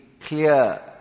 clear